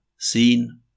Seen